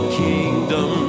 kingdom